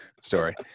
story